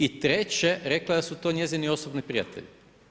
I treće, rekla je da su to njezini osobni prijatelji.